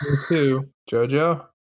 Jojo